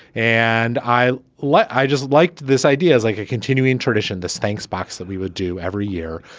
and i like i just liked this idea is like a continuing tradition. this thanks box that we would do every year.